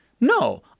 no